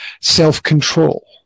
self-control